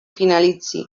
finalitzi